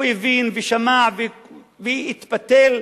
הוא הבין, ושמע, והתפתל,